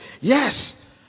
Yes